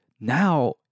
Now